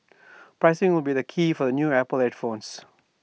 pricing will be the key for the new Apple headphones